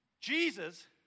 Jesus